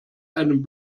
einen